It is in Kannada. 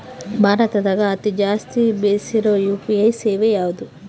ಭಾರತದಗ ಅತಿ ಜಾಸ್ತಿ ಬೆಸಿರೊ ಯು.ಪಿ.ಐ ಸೇವೆ ಯಾವ್ದು?